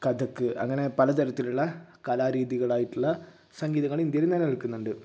കഥയ്ക്ക് അങ്ങനെ പല തരത്തിലുള്ള കലാരീതികളായിട്ടുള്ള സംഗീതങ്ങള് ഇന്ത്യയിൽ നിലനിൽക്കുന്നുണ്ട്